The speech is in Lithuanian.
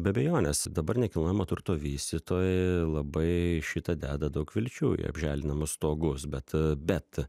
be abejonės dabar nekilnojamo turto vystytojai labai į šitą deda daug vilčių į apželdinamus stogus bet bet